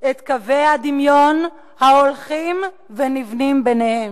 את קווי הדמיון ההולכים ונבנים ביניהם.